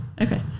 okay